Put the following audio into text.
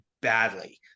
badly